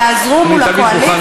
יעזרו מול, אני תמיד מוכן לעזור.